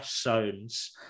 zones